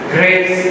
Grace